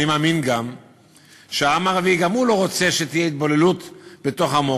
אני מאמין שהעם הערבי גם הוא לא רוצה שתהיה התבוללות בתוך עמו.